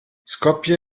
skopje